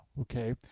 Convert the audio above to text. okay